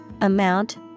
amount